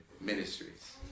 ministries